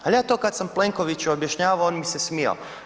Al ja to kad sam Plenkoviću objašnjavao on mi se smijao.